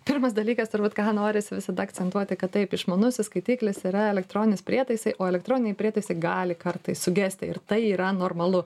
pirmas dalykas turbūt ką norisi visada akcentuoti kad taip išmanusis skaitiklis yra elektronis prietaisai o elektroniniai prietaisai gali kartais sugesti ir tai yra normalu